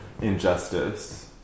injustice